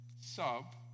sub